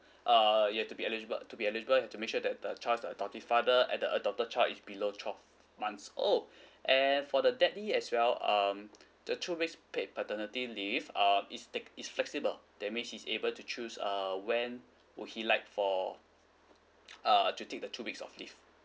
uh you have to be eligible to be eligible you have to make sure that the child's adoptive father and the adopted child is below twelve months old and for the as well um the two weeks paid paternity leave um is take is flexible that means he's able to choose uh when would he like for err to take the two weeks of leave